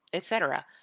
et cetera.